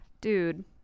Dude